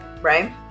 Right